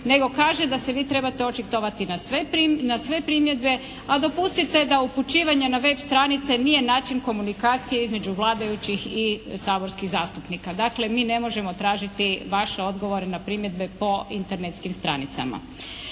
nego kaže da se vi trebate očitovati na sve primjedbe, a dopustite da upućivanje na web stranice nije način komunikacije između vladajućih i saborskih zastupnika. Dakle mi ne možemo tražiti vaše odgovore na primjedbe po Internetskim stranicama.